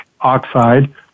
oxide